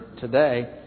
today